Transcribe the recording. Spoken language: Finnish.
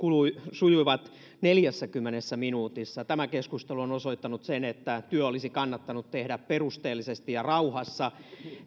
sujuivat neljässäkymmenessä minuutissa tämä keskustelu on osoittanut sen että työ olisi kannattanut tehdä perusteellisesti ja rauhassa